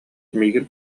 миигин